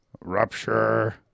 Rupture